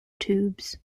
tubes